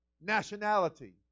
nationality